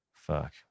Fuck